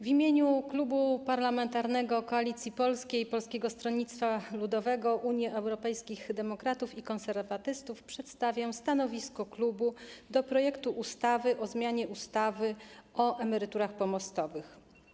W imieniu Klubu Parlamentarnego Koalicja Polska - Polskie Stronnictwo Ludowe, Unia Europejskich Demokratów, Konserwatyści przedstawiam stanowisko klubu odnośnie do projektu ustawy o zmianie ustawy o emeryturach pomostowych.